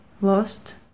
lost